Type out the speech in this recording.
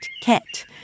ket